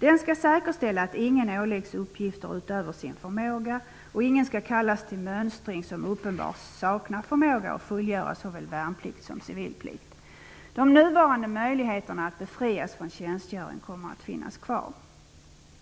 Den skall säkerställa att ingen åläggs uppgifter utöver sin förmåga, och ingen skall kallas till mönstring som uppenbart saknar förmåga att fullgöra såväl värnplikt som civilplikt. De nuvarande möjligheterna att befrias från tjänstgöring kommer att finnas kvar.